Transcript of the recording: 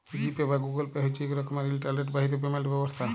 জি pay বা Google pay হছে ইক রকমের ইলটারলেট বাহিত পেমেল্ট ব্যবস্থা